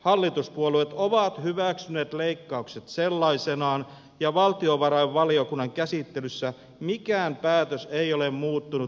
hallituspuolueet ovat hyväksyneet leikkaukset sellaisinaan ja valtiovarainvaliokunnan käsittelyssä mikään päätös ei ole muuttunut maaliskuusta miksikään